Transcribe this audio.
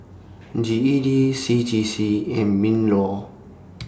G E D C J C and MINLAW